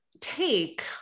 take